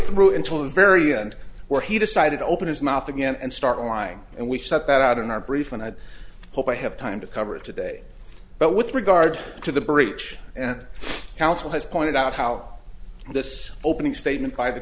through until the very end where he decided to open his mouth again and start lying and we set out in our brief and i hope i have time to cover it today but with regard to the breach and counsel has pointed out how this opening statement by the